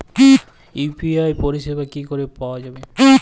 UPI পরিষেবা কি করে পাওয়া যাবে?